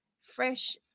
fresh